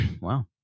Wow